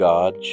God